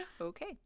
Okay